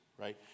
right